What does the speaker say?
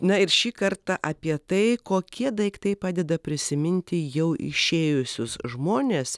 na ir šį kartą apie tai kokie daiktai padeda prisiminti jau išėjusius žmones